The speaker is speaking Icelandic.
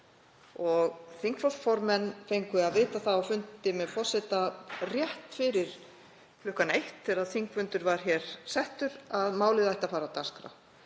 Þingflokksformenn fengu að vita það á fundi með forseta rétt fyrir klukkan eitt, þegar þingfundur var settur, að málið ætti að fara á dagskrá,